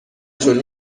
جون